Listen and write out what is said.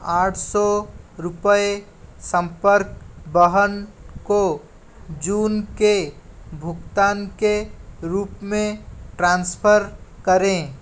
आठ सौ रुपये संपर्क वाहन को जून के भुगतान के रूप में ट्रांसफ़र करें